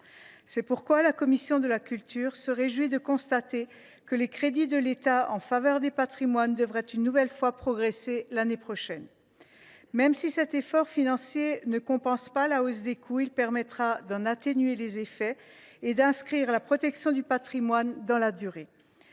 C’est pourquoi la commission de la culture se réjouit que les crédits de l’État en faveur des patrimoines progressent une nouvelle fois l’année prochaine ; même si cet effort financier ne compensera pas la hausse des coûts, il permettra d’en atténuer les effets et d’inscrire la protection du patrimoine dans la durée.